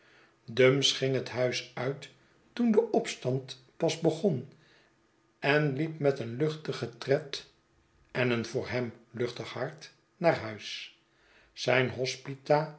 dumps ging het huis uit toen de opstand pas begon en liep metluchtigen tred en een voor hem luchtig hart naar huis zijn hospita